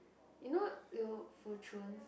you know Liu-Foo-Chun